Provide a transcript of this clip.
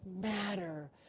matter